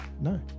No